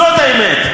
זאת האמת.